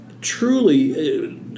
truly